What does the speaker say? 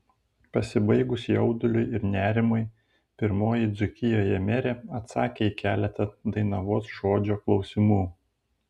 pasibaigus jauduliui ir nerimui pirmoji dzūkijoje merė atsakė į keletą dainavos žodžio klausimų